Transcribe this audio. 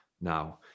now